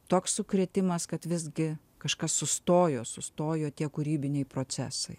toks sukrėtimas kad visgi kažkas sustojo sustojo tie kūrybiniai procesai